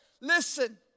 Listen